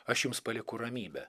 aš jums palieku ramybę